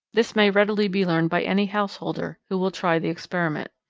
this may readily be learned by any householder who will try the experiment.